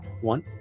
one